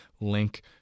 link